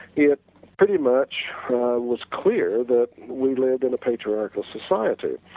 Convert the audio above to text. it pretty much was clear that we lived in a patriarchal society,